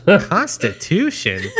Constitution